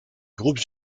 groupes